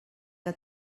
que